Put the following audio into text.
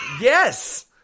yes